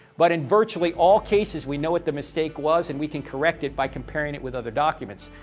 but in virtually all cases, we know what the mistake was and we can correct it by comparing it with other documents.